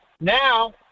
Now